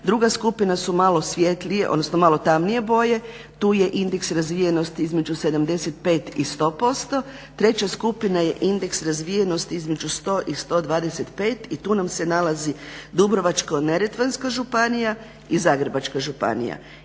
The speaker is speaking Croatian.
Druga skupina su malo tamnije boje. Tu je indeks razvijenosti između 75 i 100%, treća skupina je indeks razvijenosti između 100 i 125 i tu nam se nalazi Dubrovačko-neretvanska županija i Zagrebačka županija.